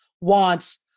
wants